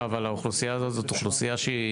לא אבל האוכלוסייה הזאת זו אוכלוסייה שהיא